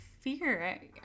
fear